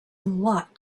lot